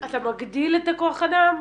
אתה מגדיל את הכוח אדם.